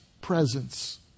presence